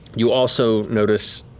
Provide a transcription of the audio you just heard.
you also notice,